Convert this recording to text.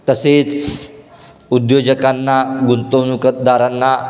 तसेच उद्योजकांना गुंतवणूकदारांना